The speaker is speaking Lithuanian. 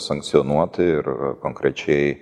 sankcionuoti ir konkrečiai